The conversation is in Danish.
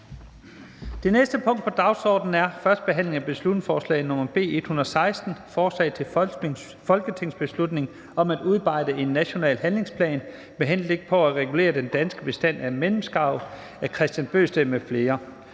Det næste punkt på dagsordenen er: 16) 1. behandling af beslutningsforslag nr. B 116: Forslag til folketingsbeslutning om at udarbejde en national handlingsplan med henblik på at regulere den danske bestand af mellemskarv. Af Kristian Bøgsted